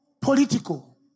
Political